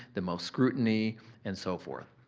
the most scrutiny and so forth.